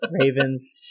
Ravens